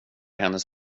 hennes